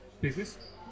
business